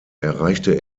erreichte